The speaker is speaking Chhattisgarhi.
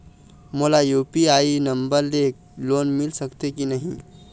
मोला यू.पी.आई नंबर ले लोन मिल सकथे कि नहीं?